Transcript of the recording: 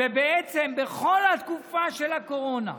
ובעצם בכל התקופה של הקורונה,